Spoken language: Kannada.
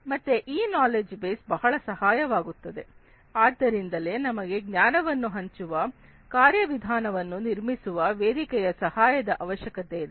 ಮತ್ತೆ ಈ ನಾಲೆಡ್ಜ್ ಬೇಸ್ ಬಹಳ ಸಹಾಯವಾಗುತ್ತದೆ ಆದ್ದರಿಂದಲೇ ನಮಗೆ ಜ್ಞಾನವನ್ನು ಹಂಚುವ ಕಾರ್ಯವಿಧಾನವನ್ನು ನಿರ್ಮಿಸುವ ವೇದಿಕೆಯ ಸಹಾಯದ ಅವಶ್ಯಕತೆ ಇದೆ